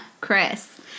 Chris